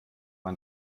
man